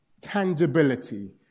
Tangibility